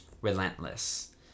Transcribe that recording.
relentless